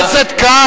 חבר הכנסת כץ,